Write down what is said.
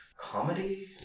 comedy